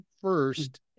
first